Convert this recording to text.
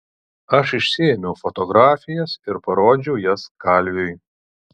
aš išsiėmiau fotografijas ir parodžiau jas kalviui